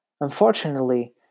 Unfortunately